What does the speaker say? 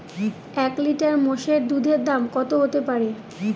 এক লিটার মোষের দুধের দাম কত হতেপারে?